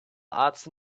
arts